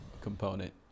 component